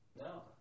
no